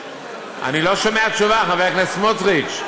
אני לא שומע תשובה, חבר הכנסת סמוטריץ.